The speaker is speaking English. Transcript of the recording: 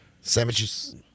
Sandwiches